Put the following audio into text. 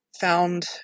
found